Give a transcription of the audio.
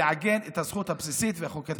ולעגן את הזכות הבסיסית והחוקתית של שוויון.